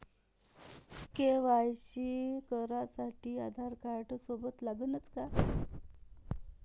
KYC करासाठी आधारकार्ड सोबत लागनच का?